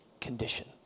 condition